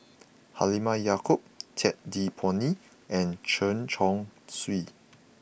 Halimah Yacob Ted De Ponti and Chen Chong Swee